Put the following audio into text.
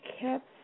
kept